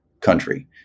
country